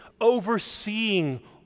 overseeing